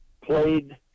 played